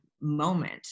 moment